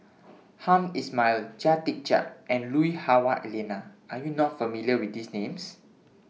Hamed Ismail Chia Tee Chiak and Lui Hah Wah Elena Are YOU not familiar with These Names